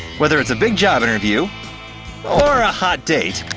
whether it's a big job interview or a hot date,